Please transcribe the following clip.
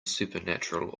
supernatural